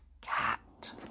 cat